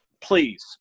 please